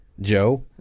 Joe